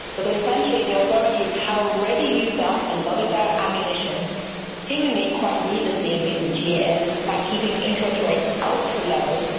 because essentially the authorities have already used up a lot of their ammunition seemingly quite needlessly in recent years by keeping interest rates ultra-low,